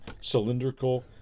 cylindrical